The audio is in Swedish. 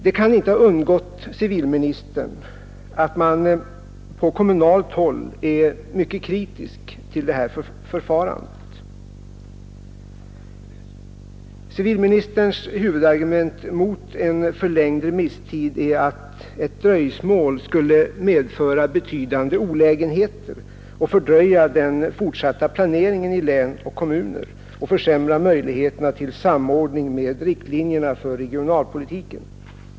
Det kan inte ha undgått civilministern att man på kommunalt håll är mycket kritisk till det här förfarandet. Civilministerns huvudargument mot en förlängd remisstid är att ett dröjsmål skulle medföra betydande olägenheter och fördröja den fortsatta planeringen i län och kommuner och försämra möjligheterna till samordning med riktlinjerna för regionalpolitiken.